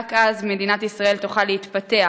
רק אז מדינת ישראל תוכל להתפתח,